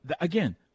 again